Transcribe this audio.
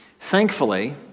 Thankfully